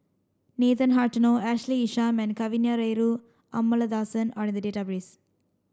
Nathan Hartono Ashley Isham and Kavignareru Amallathasan are in the database